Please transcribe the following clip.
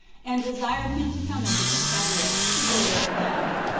and desired him to come as a confederate, to deliver them,